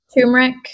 Turmeric